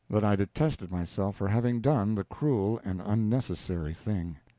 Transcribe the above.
that i detested myself for having done the cruel and unnecessary thing.